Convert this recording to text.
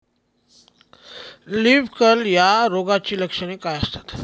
Leaf curl या रोगाची लक्षणे काय असतात?